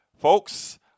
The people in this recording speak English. Folks